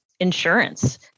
insurance